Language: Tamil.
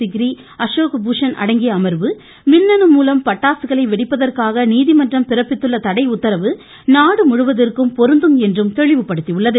சிக்ரி அசோக் பூஷன் அடங்கிய அமர்வு மின்னணு மூலம் பட்டாசுகளை வெடிப்பதற்காக நீதிமன்றம் பிறப்பித்துள்ள தடை உத்தரவு நாடு முழுவதிற்கும் பொருந்தும் என்றும் தெளிவுபடுத்தியுள்ளது